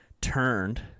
turned